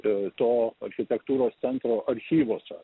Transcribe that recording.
ir to architektūros centro archyvuose